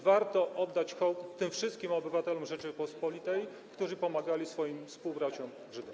Warto oddać hołd tym wszystkim obywatelom Rzeczypospolitej, którzy pomagali swoim współbraciom Żydom.